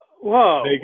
Whoa